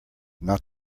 not